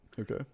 Okay